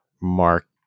Mark